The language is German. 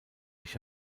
ich